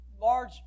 large